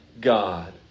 God